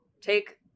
Take